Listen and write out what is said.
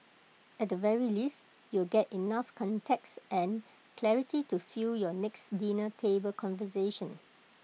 at the very least you'll get enough context and clarity to fuel your next dinner table conversation